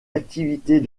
activités